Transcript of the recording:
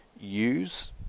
use